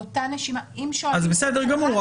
באותה נשימה, אם שואלים לגבי הפרקטיקה,